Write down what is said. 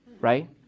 right